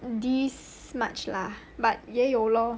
this much lah but 也有 lor